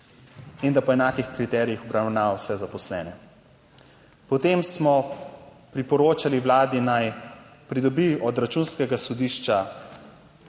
in da po enakih kriterijih obravnava vse zaposlene. Potem smo priporočali Vladi, naj pridobi od Računskega sodišča